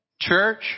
church